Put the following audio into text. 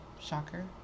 shocker